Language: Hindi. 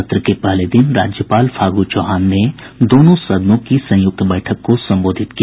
सत्र के पहले दिन राज्यपाल फागू चौहान ने दोनों सदनों की संयुक्त बैठक को संबोधित किया